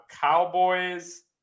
Cowboys